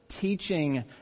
teaching